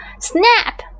Snap